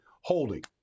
holding